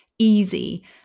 easy